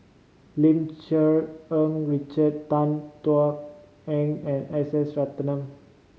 Lim Cherng Richard Tan Thuan Heng and S S Ratnam